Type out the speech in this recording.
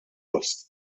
post